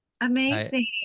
Amazing